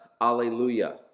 Alleluia